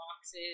boxes